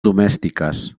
domèstiques